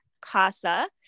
Casa